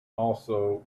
also